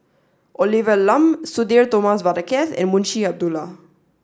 Olivia Lum Sudhir Thomas Vadaketh and Munshi Abdullah